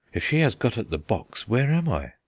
if she has got at the box, where am i?